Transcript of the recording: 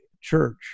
church